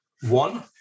one